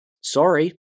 Sorry